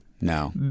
No